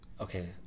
okay